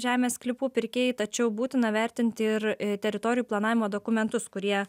žemės sklypų pirkėjai tačiau būtina vertinti ir teritorijų planavimo dokumentus kurie